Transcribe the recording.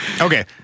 okay